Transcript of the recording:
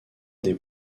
des